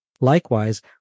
Likewise